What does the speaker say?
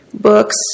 books